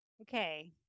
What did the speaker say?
Okay